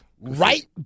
Right